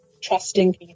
trusting